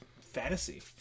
fantasy